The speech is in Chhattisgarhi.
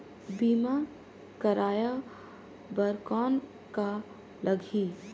बीमा कराय बर कौन का लगही?